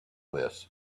this